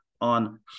on